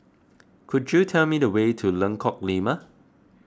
could you tell me the way to Lengkok Lima